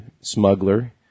smuggler